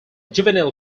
juvenile